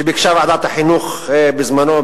שביקשה ועדת החינוך בזמנו,